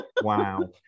Wow